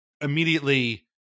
immediately